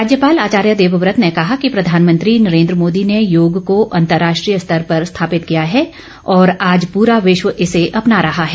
राज्यपाल आचार्य देववत ने कहा कि प्रधानमंत्री नरेन्द्र मोदी ने योग को अंतर्राष्ट्रीय स्तर पर स्थापित किया है और आज पूरा विश्व इसे अपना रहा है